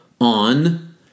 on